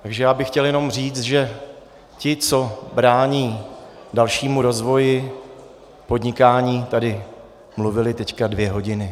Takže já bych chtěl jenom říct, že ti, co brání dalšímu rozvoji podnikání, tady teď mluvili dvě hodiny.